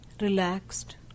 relaxed